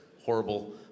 horrible